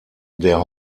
der